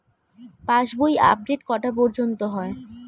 পাশ বই আপডেট কটা পর্যন্ত হয়?